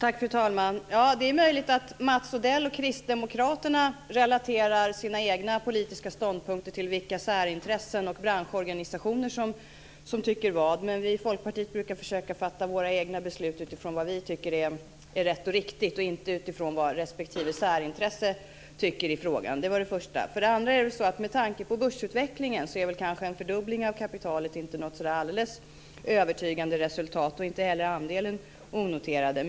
Fru talman! Det är möjligt att Mats Odell och kristdemokraterna relaterar sina egna politiska ståndpunkter till särintressen och vad branschorganisationer tycker. Men vi i Folkpartiet brukar försöka fatta våra egna beslut utifrån vad vi tycker är rätt och riktigt och inte utifrån särintressen. Det var det första. För det andra är en fördubbling av kapitalet med tanke på börsutvecklingen kanske inte något alldeles övertygande resultat, inte heller andelen onoterade företag.